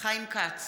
חיים כץ,